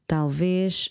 Talvez